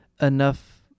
enough